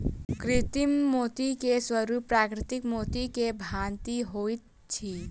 कृत्रिम मोती के स्वरूप प्राकृतिक मोती के भांति होइत अछि